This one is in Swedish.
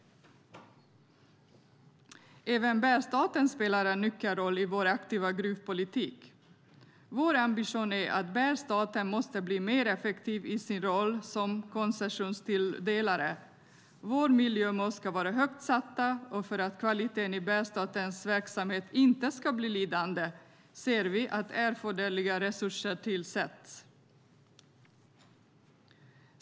Även Bergsstaten har en nyckelroll i vår aktiva gruvpolitik. Vår ambition är att Bergsstaten måste bli mer effektiv i sin roll som koncessionstilldelare. Våra miljömål ska vara högt satta, och för att kvaliteten i Bergsstatens verksamhet inte ska bli lidande ser vi att erforderliga resurser tillsätts.